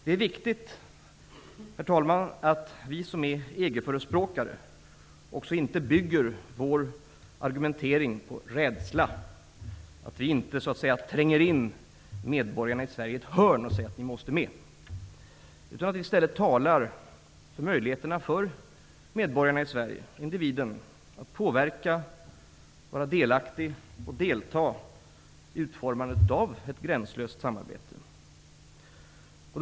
Det är viktigt, herr talman, att vi som är EG förespråkare inte bygger vår argumentering på rädsla -- dvs. att vi inte tränger in medborgarna i Sverige i ett hörn och säger att de måste med. I stället måste vi tala för möjligheterna för medborgarna i Sverige, för individen, att påverka, vara delaktig och delta i utformandet av ett gränslöst samarbete.